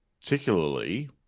particularly